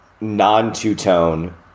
non-two-tone